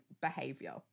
behavior